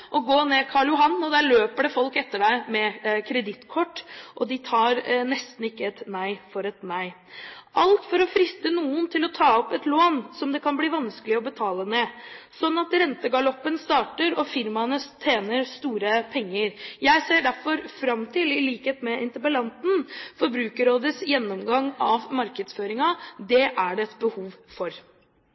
å gå ned Karl Johan, der det løper folk etter deg med kredittkort, og de tar nesten ikke nei for et nei. Alt dette for å friste noen til å ta opp et lån som det kan bli vanskelig å betale ned, sånn at rentegaloppen starter og firmaene tjener store penger. Jeg ser derfor fram til, i likhet med interpellanten, Forbrukerrådets gjennomgang av markedsføringen. Det er det et behov for.